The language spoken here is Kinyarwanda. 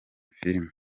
filime